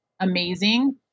amazing